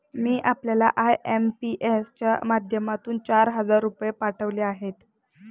मी आपल्याला आय.एम.पी.एस च्या माध्यमातून चार हजार रुपये पाठवले आहेत